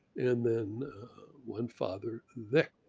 and then one father there.